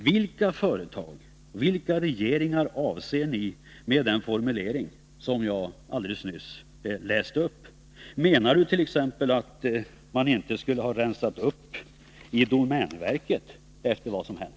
Vilka företag, vilka regeringar avser ni med den formulering som jag alldeles nyss läste upp? Menar Anders Björck t.ex. att man inte skulle ha rensat upp i domänverket, efter vad som hänt?